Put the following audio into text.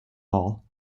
all